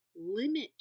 limit